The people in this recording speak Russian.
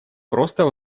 просто